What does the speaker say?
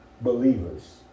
believers